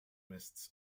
mists